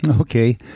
Okay